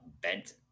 bent